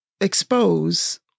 expose